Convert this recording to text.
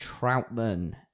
troutman